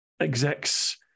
execs